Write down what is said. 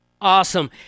awesome